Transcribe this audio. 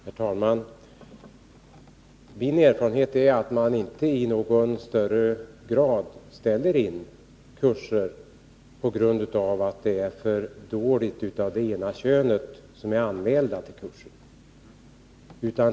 Herr talman! Min erfarenhet är att man inte i någon högre grad ställer in kurser på grund av att det är för få av det ena könet som är anmälda till dessa.